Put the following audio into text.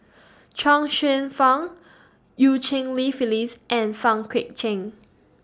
Chuang Hsueh Fang EU Cheng Li Phyllis and Pang Guek Cheng